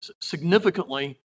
significantly